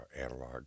analog